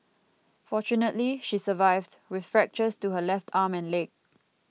fortunately she survived with fractures to her left arm and leg